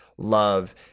love